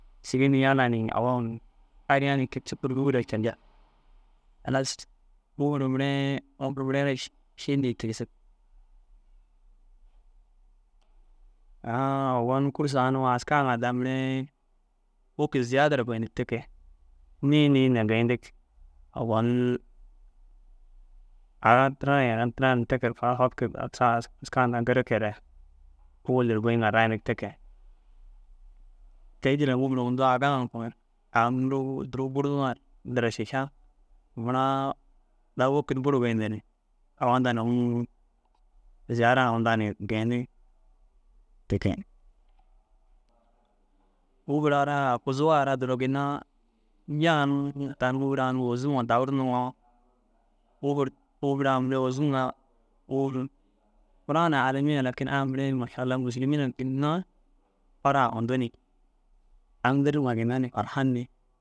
Šigini yala ni awa ariyaa ni ke yi ciki ru wûwula cendig. Halas ŋûfuru mire ŋûfuru mire re ši dîi tigisig. Aan ogon kûrsu askaa ŋa da mire da wôkir ziyaada goyindig te ke. Niĩ niĩ na gêyindig. Ogon aga tira ye aga tira ye te keru fokindu askaa nda gerekire owel dire goyinga rayindig te ke. Tei jilla ru ŋûfur hinduu agaa ŋa a nduru bornuu ŋa addira šiša mira daa wekid buru goyin dire awadana uŋug ziyara hindana geyindig te ke. Ŋûfur ara aguzuu ara ginna duro ŋa? Tani ŋûfur a ôzum ŋa dakir noŋoo? Ŋûfur ŋûfur a ôzum ŋa ŋûfur kuraa na alamiya lakin a mire maša- alla musulimi na ginna farah hunduu ni aŋ dirima na farhani